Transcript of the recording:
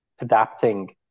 adapting